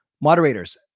Moderators